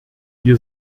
wir